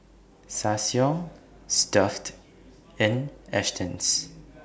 Ssangyong Stuff'd and Astons